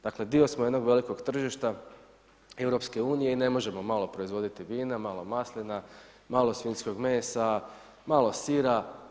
Dakle, dio smo jednog velikog tržišta Europske unije i ne možemo malo proizvoditi vina, malo maslina, malo svinjskog mesa, malo sira.